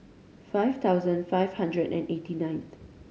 five thousand five hundred and eighty ninth